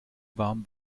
warm